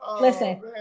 Listen